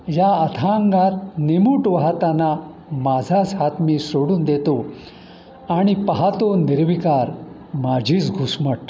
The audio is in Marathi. या अथांगात निमूट वाहताना माझाच हात मी सोडून देतो आणि पाहतो निर्विकार माझीच घुसमट